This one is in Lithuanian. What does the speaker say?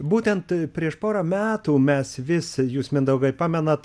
būtent prieš porą metų mes vis jūs mindaugai pamenat